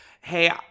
hey